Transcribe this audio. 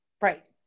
Right